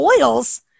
oils